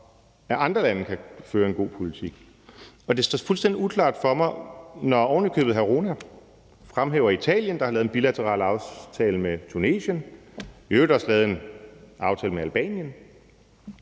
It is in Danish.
at andre lande kan føre en god politik. Og det står fuldstændig uklart for mig – når oven i købet hr. Mohammad Rona fremhæver Italien, der har lavet en bilateral aftale med Tunesien og i øvrigt også lavet en aftale med Albanien,